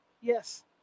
Yes